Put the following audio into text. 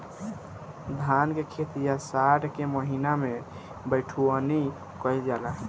धान के खेती आषाढ़ के महीना में बइठुअनी कइल जाला?